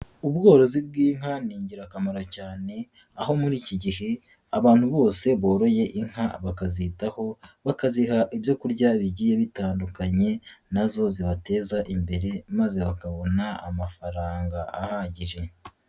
Ubworozi bw'inka ni ingirakamaro cyane, aho muri iki gihe abantu bose boroye inka bakazitaho, bakaziha ibyo kurya bigiye bitandukanye na zo zibateza imbere maze bakabona amafaranga ahagije.